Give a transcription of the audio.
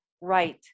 right